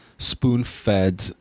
spoon-fed